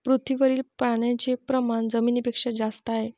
पृथ्वीवरील पाण्याचे प्रमाण जमिनीपेक्षा जास्त आहे